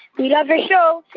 we love your show.